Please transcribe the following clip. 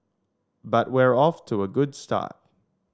but we're off to a good start